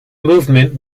movement